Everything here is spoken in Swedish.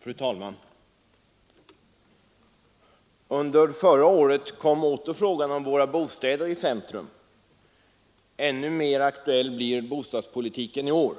Fru talman! Under förra året kom frågan om våra bostäder åter att stå i centrum. Ännu mer aktuell blev bostadspolitiken i år.